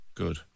Good